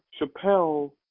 Chappelle